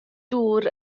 dŵr